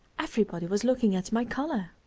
everybody was looking at my collar.